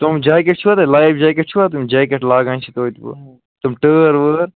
تِم جاکٮ۪ٹ چھِوا تُہۍ لایِو جاکٮ۪ٹ چھِوٕ تِم جاکٮ۪ٹ لاگان چھِ تِم ٹٲر وٲر